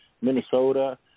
Minnesota